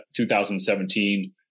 2017